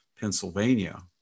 Pennsylvania